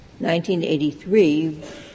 1983